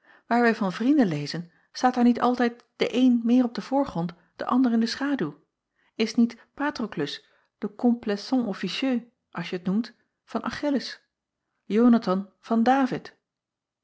aar wij van vrienden lezen staat daar niet altijd de een meer op den voorgrond de ander in de schaduw s niet atroklus de complaisant officieux als je t noemt van chilles onathan van avid